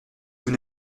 vous